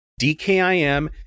DKIM